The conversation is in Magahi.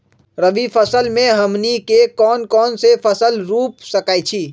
रबी फसल में हमनी के कौन कौन से फसल रूप सकैछि?